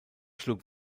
schlug